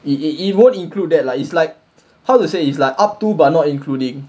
even include that lah it's like how to say it's like up to but not including